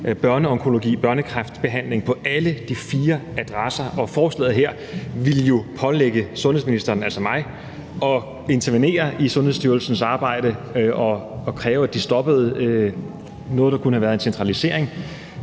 børneonkologien, børnekræftbehandlingen, på alle de fire adresser, og forslaget her ville jo pålægge sundhedsministeren, altså mig, at intervenere i Sundhedsstyrelsens arbejde og kræve, at de stoppede noget, der kunne have været en centralisering.